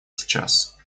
сейчас